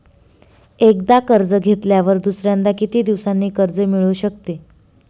एकदा कर्ज घेतल्यावर दुसऱ्यांदा किती दिवसांनी कर्ज मिळू शकते?